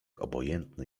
obojętny